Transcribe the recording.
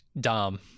Dom